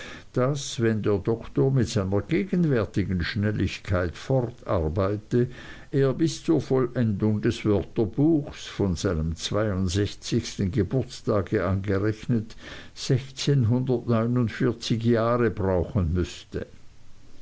daß wenn der doktor mit seiner gegenwärtigen schnelligkeit fortarbeite er bis zur vollendung des wörterbuchs von seinem zweiundsechzigsten geburtstage angerechnet jahre brauchen müßte